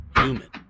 human